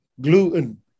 gluten